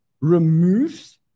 Removes